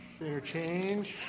interchange